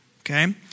okay